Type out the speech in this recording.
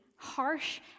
Harsh